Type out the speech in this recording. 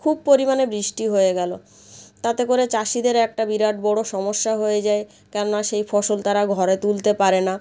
খুব পরিমাণে বৃষ্টি হয়ে গেলো তাতে করে চাষিদের একটা বিরাট বড় সমস্যা হয়ে যায় কেননা সেই ফসল তারা ঘরে তুলতে পারে না